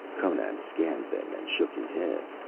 conan scanned them and shook his head.